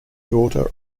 daughter